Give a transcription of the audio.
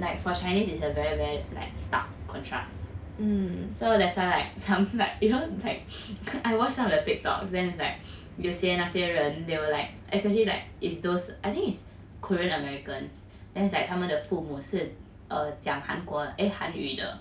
like for chinese is a very very like stark contrast so that's why like some like you know like I watched some of the TikTok then it's like 有些那些人 they were like especially like is those I think is korean americans then it's like 他们的父母是 err 讲韩国 eh 韩语的